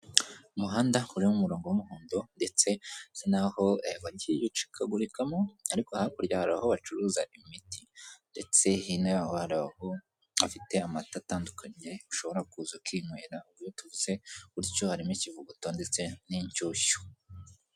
Umuhanda urimo umurongo w'umuhondo ndetse n'aho wagiye ucikagurikamo, ariko hakurya hari aho bacuruza imiti ndetse hino yaho hari aho bafite amata atandukanye ushobora kuza ukinywera, iyo tuvuze gutyo harimo ikivuguto ndetse n'inshyushyu.